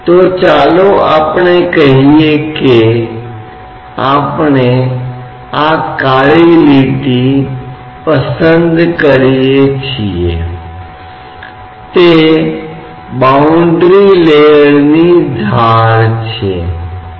तो मोटे तौर पर इसका भी द्रव स्टेटिक्स की श्रेणी के तहत अध्ययन किया जाता है क्योंकि यह एक स्थिर स्थिति नहीं है लेकिन तरल पदार्थ की विशेषता के संदर्भ में विकृति प्रकृति को यहां हाइलाइट नहीं किया गया है